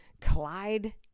clyde